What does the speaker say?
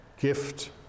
gift